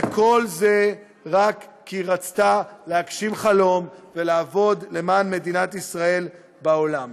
וכל זה רק כי היא רצתה להגשים חלום ולעבוד למען מדינת ישראל בעולם.